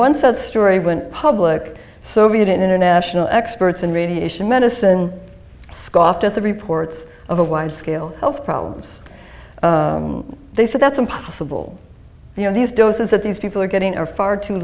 once that story went public soviet international experts in radiation medicine scoffed at the reports of a wide scale health problems they thought that's impossible you know these doses that these people are getting are far too